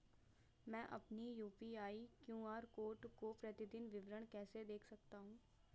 मैं अपनी UPI QR code का प्रतीदीन विवरण कैसे देख सकता हूँ?